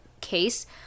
case